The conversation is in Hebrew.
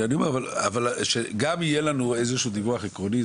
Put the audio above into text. אבל שגם יהיה לנו איזשהו דיווח עקרוני,